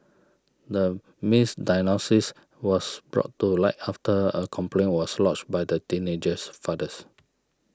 the misdiagnosis was brought to light after a complaint was lodged by the teenager's fathers